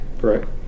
Correct